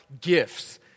gifts